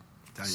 שהיא --- די,